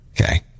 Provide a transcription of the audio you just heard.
Okay